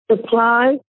supply